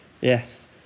Yes